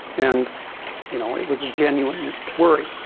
and you know it was a genuine worry